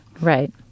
Right